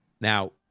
Now